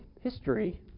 history